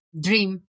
dream